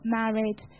married